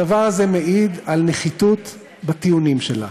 הדבר הזה מעיד על נחיתות בטיעונים שלה.